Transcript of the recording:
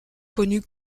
connu